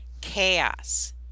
chaos